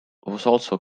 also